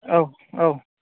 औ औ